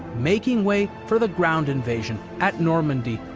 making way for the ground invasion at normandy,